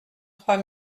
trois